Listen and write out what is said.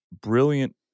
brilliant